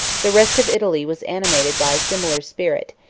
the rest of italy was animated by a similar spirit,